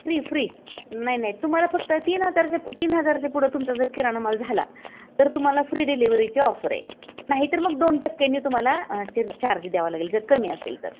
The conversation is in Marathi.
फ्री फ्री नाही नाही तुम्हाला फक्त तीन हजारच्या तीन हजारच्या पुढं तुमचा जर किराणा माल झाला तर तुम्हाला फ्री डिलिवरीची ऑफर आहे नाहीतर मग दोन टक्केनी तुम्हाला च चार्ज द्यावं लागेल जर कमी असेल तर